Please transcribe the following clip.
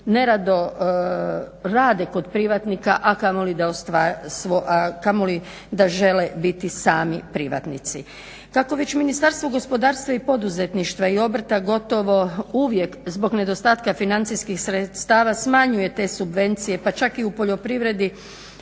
nerado rade kod privatnika, a kamoli da žele biti sami privatnici. Tako već Ministarstvo gospodarstva i poduzetništva i obrta gotovo uvijek zbog nedostatka financijskih sredstava smanjuje te subvencije, pa čak i u poljoprivredi,